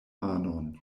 manon